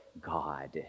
God